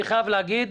אני חייב להגיד,